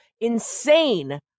insane